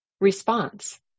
response